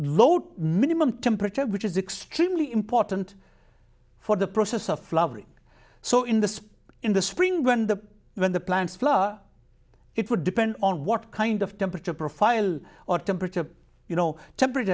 that minimum temperature which is extremely important for the process of lovely so in the spring in the spring when the when the plants fly it would depend on what kind of temperature profile or temperature you know temper